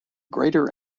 greater